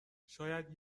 شاید